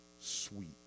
sweet